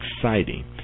exciting